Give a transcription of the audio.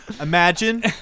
imagine